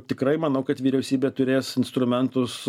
tikrai manau kad vyriausybė turės instrumentus